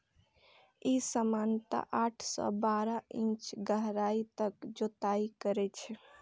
ई सामान्यतः आठ सं बारह इंच गहराइ तक जुताइ करै छै